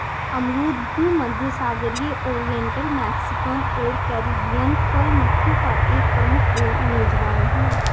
अमरूद भूमध्यसागरीय, oriental, Mexican और कैरिबियन फल मक्खियों का एक प्रमुख मेजबान है